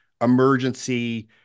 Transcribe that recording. emergency